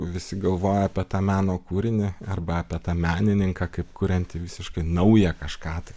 visi galvoja apie tą meno kūrinį arba tą menininką kaip kuriantį visiškai naują kažkątai